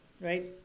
right